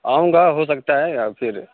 آؤں گا ہو سکتا ہے یا پھر